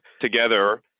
together